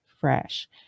fresh